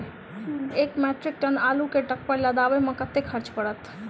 एक metric ton आलु केँ ट्रक पर लदाबै मे कतेक खर्च पड़त?